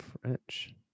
French